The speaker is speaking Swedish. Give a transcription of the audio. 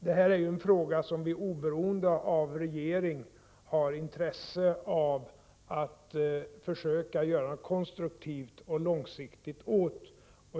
Detta är en fråga som vi oberoende av regering har intresse av att försöka göra något konstruktivt och långsiktigt åt.